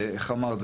ואיך אמרת,